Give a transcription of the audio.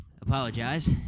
apologize